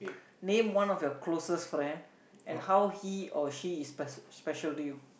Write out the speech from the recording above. name one of your closest friend and how he or she is speci~ special to you